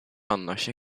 annars